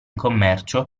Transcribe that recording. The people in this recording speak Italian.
commercio